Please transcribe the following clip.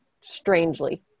strangely